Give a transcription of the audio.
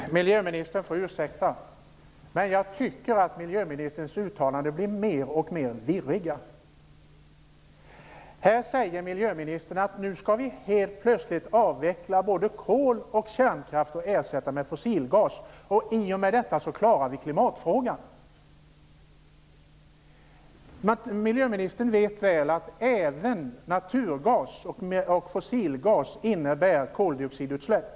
Herr talman! Miljöministern får ursäkta, men jag tycker att miljöministerns uttalanden blir mer och mer virriga. Här säger miljöministern nu helt plötsligt att vi skall avveckla både kol och kärnkraft och ersätta dem med fossilgas. I och med detta klarar vi klimatproblemet, säger hon. Miljöministern vet väl att även naturgas och fossilgas innebär koldioxidutsläpp.